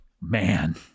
Man